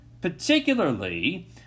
particularly